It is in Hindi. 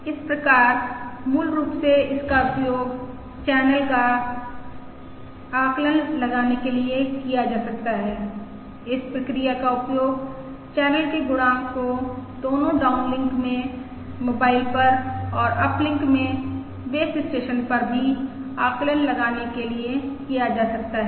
इस प्रकार मूल रूप से इसका उपयोग चैनल गुणांक का आकलन लगाने के लिए किया जा सकता है इस प्रक्रिया का उपयोग चैनल के गुणांक को दोनो डाउनलिंक में मोबाइल पर और अपलिंक में बेस स्टेशन पर भी आकलन लगाने के लिए किया जा सकता है